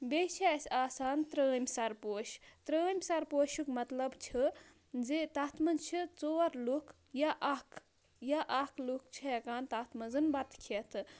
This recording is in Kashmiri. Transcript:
بیٚیہِ چھِ اَسہِ آسان ترٛٲمۍ سَرپوش ترٛٲمۍ سَرپوشُک مطلب چھِ زِ تَتھ منٛز چھِ ژور لُکھ یا اَکھ یا اَکھ لُکھ چھِ ہٮ۪کان تَتھ منٛز بَتہٕ کھیٚتھ